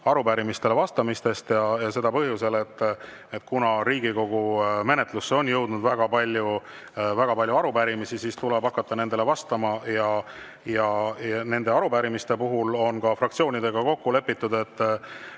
arupärimistele vastamisi, ja seda põhjusel, et kuna Riigikogu menetlusse on jõudnud väga palju arupärimisi, siis tuleb hakata nendele vastama. Nende arupärimiste puhul on ka fraktsioonidega kokku lepitud, et